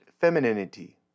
femininity